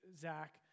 Zach